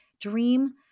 dream